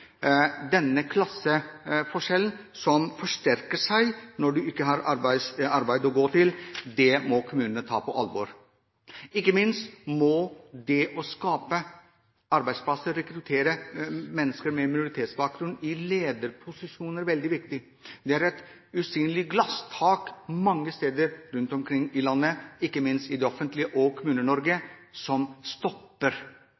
Denne klasseforskjellen forsterkes når en ikke har arbeid å gå til. Det må kommunene ta på alvor. Ikke minst må det å skape arbeidsplasser, rekruttere mennesker med minoritetsbakgrunn inn i lederposisjoner, være veldig viktig. Det er et usynlig glasstak mange steder rundt omkring i landet, ikke minst i det offentlige og